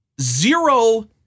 zero